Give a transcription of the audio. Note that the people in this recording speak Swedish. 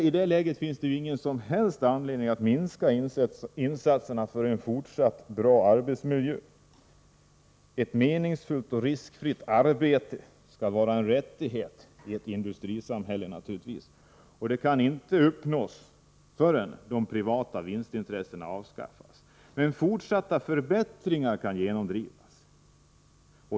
I det läget finns det ingen som helst anledning att minska insatserna för en fortsatt bra arbetsmiljö. Ett meningsfullt och riskfritt arbete skall naturligtvis vara en rättighet i ett industrisamhälle, men detta kan inte uppnås förrän de privata vinstintressena avskaffas. Men fortsatta förbättringar kan genomdrivas.